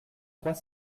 trois